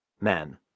men